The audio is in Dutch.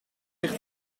ligt